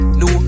no